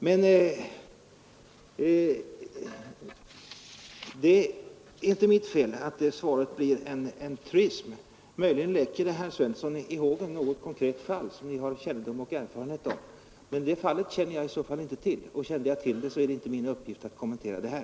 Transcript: Men det är inte mitt fel att svaret blir en truism. Möjligen leker herr Svensson i hågen något konkret fall, som han har kännedom om och erfarenhet av. Det fallet känner jag i så fall inte till, och om jag kände till det, vore det inte min uppgift att kommentera det här.